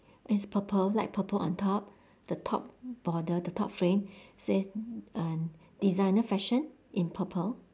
it's purple light purple on top the top border the top frame says uh designer fashion in purple